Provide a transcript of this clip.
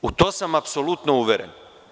U to sam apsolutno uveren.